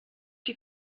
die